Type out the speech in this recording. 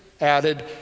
added